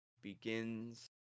begins